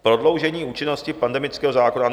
Prodloužení účinnosti pandemického zákona.